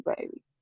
baby